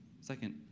Second